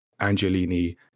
Angelini